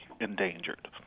endangered